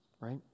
right